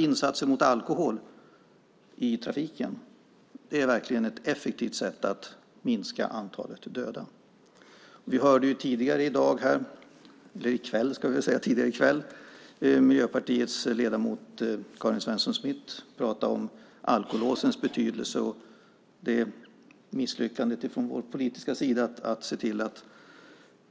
Insatser mot alkohol i trafiken är därför ett effektivt sätt att minska antalet dödade. Vi hörde tidigare i kväll Miljöpartiets ledamot Karin Svensson Smith tala om alkolåsets betydelse och misslyckandet från politikernas sida för att se till att